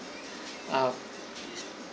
uh